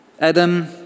Adam